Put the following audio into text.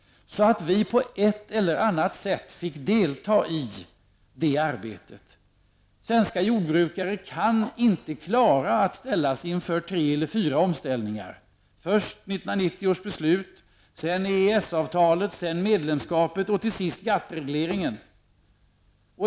Vi borde på ett eller annat sätt få delta i det arbetet. Svenska jordbrukare klarar inte att ställas inför tre eller fyra omställningar, först 1990 års beslut, sedan EES-avtalet, sedan medlemskapet och till sist GATT-regleringen.